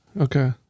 Okay